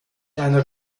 einer